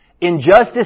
Injustice